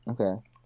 Okay